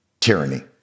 tyranny